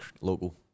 local